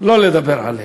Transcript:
לא לדבר עליהם,